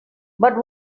but